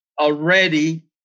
already